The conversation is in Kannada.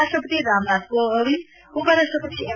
ರಾಷ್ಟಪತಿ ರಾಮನಾಥ್ ಕೋವಿಂದ್ ಉಪರಾಷ್ಟಪತಿ ಎಂ